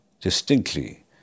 distinctly